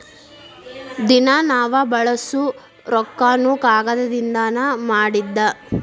ದಿನಾ ನಾವ ಬಳಸು ರೊಕ್ಕಾನು ಕಾಗದದಿಂದನ ಮಾಡಿದ್ದ